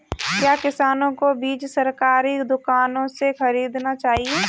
क्या किसानों को बीज सरकारी दुकानों से खरीदना चाहिए?